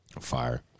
Fire